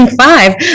Five